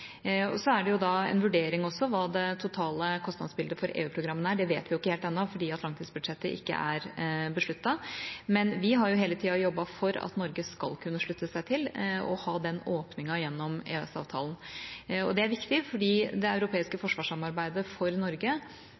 Så er det også en vurdering hva det totale kostnadsbildet for EU-programmene er. Det vet vi ikke ennå fordi langtidsbudsjettet ikke er besluttet. Men vi har hele tida jobbet for at Norge skal kunne slutte seg til og ha den åpningen gjennom EØS-avtalen. Det er viktig, fordi det europeiske forsvarssamarbeidet for Norge